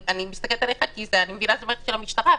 אני מסתכלת עליך כי אני מבינה שזו מערכת של המשטרה,